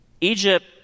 Egypt